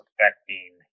affecting